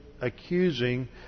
accusing